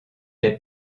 les